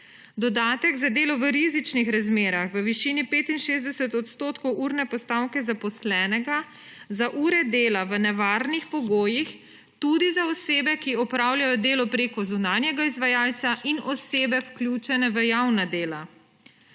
dodatek za delo v rizičnih razmerah v višini 65 % urne postavke zaposlenega za ure dela v nevarnih pogojih tudi za osebe, ki opravljajo delo preko zunanjega izvajalca, in osebe, vključene v javna dela.